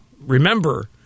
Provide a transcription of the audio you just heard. remember